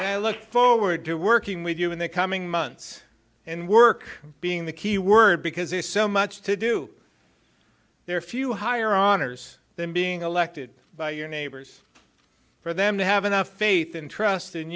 i look forward to working with you in the coming months and work being the key word because there's so much to do there are few higher honors than being elected by your neighbors for them to have enough faith and trust